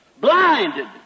Blinded